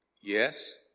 Yes